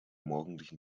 morgendlichen